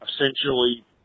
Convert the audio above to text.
Essentially